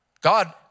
God